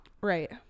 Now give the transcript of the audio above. Right